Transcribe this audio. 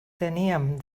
teníem